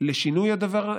לשינוי הדבר.